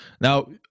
Now